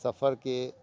سفر کے